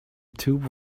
tube